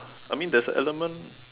I mean there's element